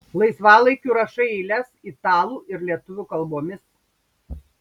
laisvalaikiu rašai eiles italų ir lietuvių kalbomis